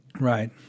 Right